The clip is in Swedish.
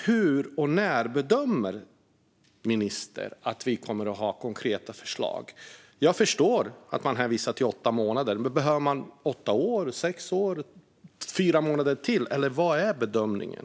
Hur och när bedömer ministern att vi kommer att se konkreta förslag? Jag förstår att man hänvisar till åtta månader. Men behöver man åtta år, sex år eller fyra månader till? Vad är bedömningen?